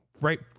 right